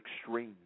extreme